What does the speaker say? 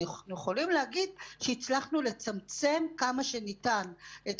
אנחנו יכולים להגיד שהצלחנו לצמצם כמה שניתן את